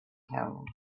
held